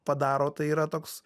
padaro tai yra toks